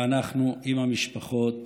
ואנחנו עם המשפחות